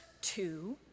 two